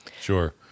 Sure